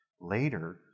later